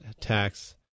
tax